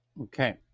Okay